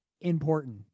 important